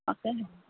তাকেহে